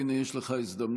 הינה, יש לך הזדמנות